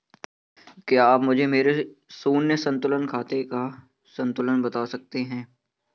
क्या आप मुझे मेरे शून्य संतुलन खाते का संतुलन बता सकते हैं?